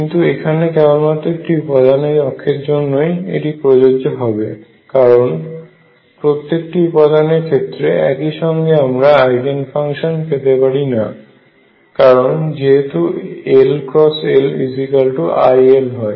কিন্তু এখানে কেবলমাত্র একটি উপাদান অক্ষের জন্যই এটি প্রযোজ্য হবে কারণ প্রত্যেকটি উপদনের ক্ষেত্রে একই সঙ্গে আমরা আইগেন ফাংশন পেতে পারি না কারণ যেহেতু LLiL হয়